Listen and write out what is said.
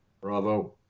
Bravo